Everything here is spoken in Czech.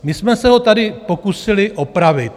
My jsme se ho tady pokusili opravit.